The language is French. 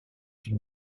une